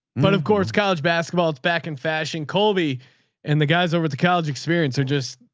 but of course, college basketball is back in fashion colby and the guys over at the college experience, they're just,